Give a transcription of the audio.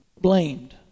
blamed